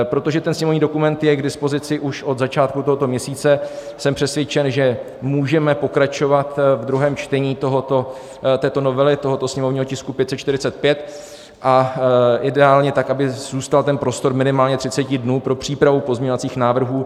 Protože ten sněmovní dokument je k dispozici už od začátku tohoto měsíce, jsem přesvědčen, že můžeme pokračovat v druhém čtení této novely, tohoto sněmovního tisku 545, a ideálně tak, aby zůstal prostor minimálně třiceti dnů pro přípravu pozměňovacích návrhů.